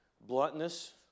bluntness